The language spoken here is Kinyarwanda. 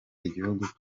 igihugu